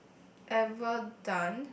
ever done